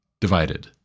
divided